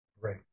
Right